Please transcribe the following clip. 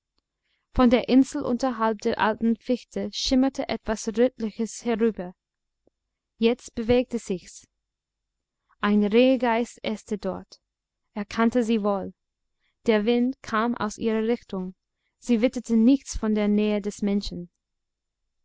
von der insel unterhalb der alten fichte schimmerte etwas rötliches herüber jetzt bewegte sich's eine rehgeiß äste dort er kannte sie wohl der wind kam aus ihrer richtung sie witterte nichts von der nähe des menschen